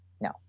No